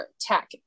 tech